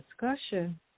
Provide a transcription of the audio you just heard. discussion